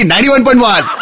91.1